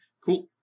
Cool